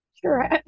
Sure